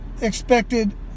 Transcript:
expected